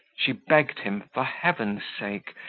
she begged him, for heaven's sake,